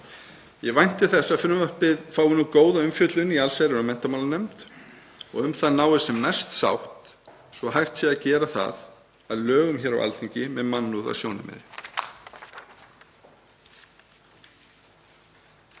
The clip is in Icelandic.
Ég vænti þess að frumvarpið fái nú góða umfjöllun í allsherjar- og menntamálanefnd og að um það náist sem mest sátt svo að hægt sé að gera það að lögum hér á Alþingi með mannúð að sjónarmiði.